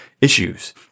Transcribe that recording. issues